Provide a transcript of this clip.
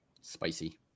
Spicy